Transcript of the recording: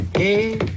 Hey